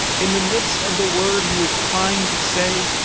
in the midst of the word he was trying to say,